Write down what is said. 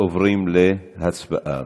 עוברים להצבעה.